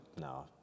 No